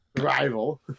rival